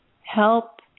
help